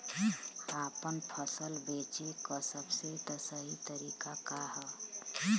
आपन फसल बेचे क सबसे सही तरीका का ह?